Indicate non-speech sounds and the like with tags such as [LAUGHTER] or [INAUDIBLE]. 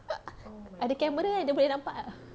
[LAUGHS] ada camera kan boleh nampak tak